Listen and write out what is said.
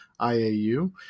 IAU